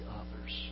others